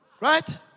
Right